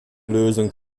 lösung